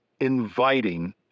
inviting